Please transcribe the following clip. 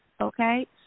Okay